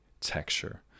texture